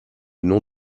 nom